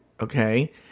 okay